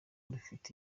rufite